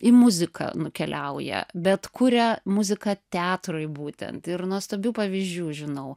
į muziką nukeliauja bet kuria muziką teatrui būtent ir nuostabių pavyzdžių žinau